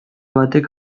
batek